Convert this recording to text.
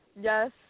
Yes